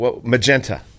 magenta